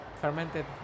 fermented